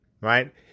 right